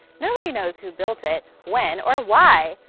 nobody knows who built it, when, or why.